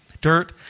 Dirt